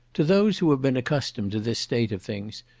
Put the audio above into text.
to those who have been accustomed to this state of things,